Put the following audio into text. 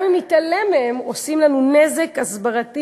גם אם נתעלם מהם עושים לנו נזק הסברתי